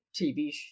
TV